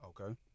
Okay